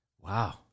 wow